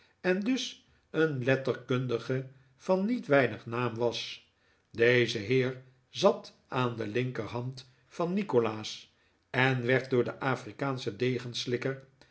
en dus een letterkundige van niet weinig naam was deze heer zat aan de linkerhand van nikolaas en werd door den afrikaanschen